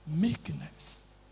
Meekness